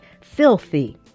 Filthy